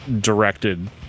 directed